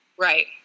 Right